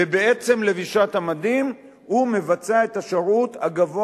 ובעצם לבישת המדים הוא מבצע את השירות הגבוה